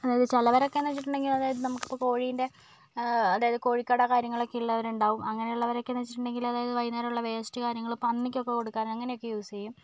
അതായത് ചിലവരൊക്കെ എന്ന് വെച്ചിട്ടുണ്ടെങ്കില് അതായത് നമുക്ക് ഇപ്പം കൊഴിൻ്റെ അതായത് കോഴിക്കട കാര്യങ്ങളൊക്കെ ഉള്ളവര് ഉണ്ടാകും അങ്ങനെ ഉള്ളവര് ഒക്കെ എന്ന് വെച്ചിട്ടുണ്ടെങ്കില് അതായത് വൈകുന്നേരം ഉള്ള വേസ്റ്റ് കാര്യങ്ങളൊക്കെ പന്നിക്കൊക്കെ കൊടുക്കാൻ അങ്ങനെയൊക്കെ യൂസ് ചെയ്യും